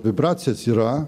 vibracijos yra